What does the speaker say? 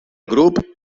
grup